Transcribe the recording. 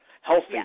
healthy